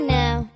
now